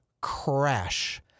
crash